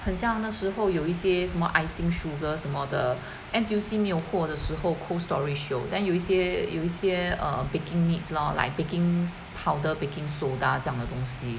很像那时候有一些什么 icing sugar 什么的 N_T_U_C 没有货的时候 Cold Storage 有 then 有一些有一些 err baking needs lor like baking powder baking soda 这样的东西